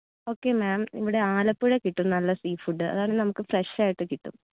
okay ma'am ഇവിടെ ആലപ്പുഴയിൽ കിട്ടും നല്ല സീ ഫുഡ് അതാണെങ്കിൽ നമുക്ക് ഫ്രഷ് ആയിട്ട് കിട്ടും